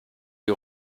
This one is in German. die